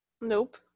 nope